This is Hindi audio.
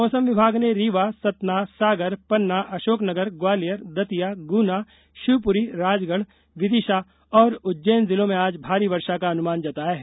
मौसम विभाग ने रीवा सतना सागर पन्ना अशोकनगर ग्वालियर दतिया गुना शिवपुरी राजगढ़ विदिशा और उज्जैन जिलों में आज भारी वर्षा का अनुमान जताया है